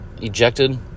ejected